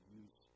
use